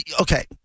okay